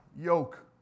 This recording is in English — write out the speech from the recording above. yoke